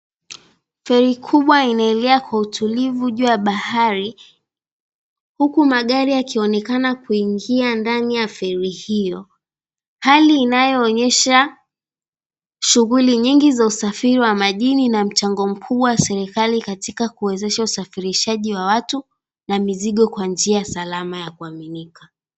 Feri kubwa inaelea kwa utulivu ju ya bahari huku magari yakionekana kuingia ndani ya feri hio. Hali inayoonyesha shughuli nyingi ya usafiri wa majini na mtengo mkubwa wa serikali katika kuwezesha usafirishaji wa watu na mizigo kwa njia salama ya kuaminika.